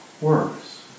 works